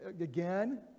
again